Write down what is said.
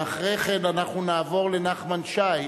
ואחרי כן אנחנו נעבור לנחמן שי.